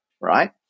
right